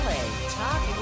Talk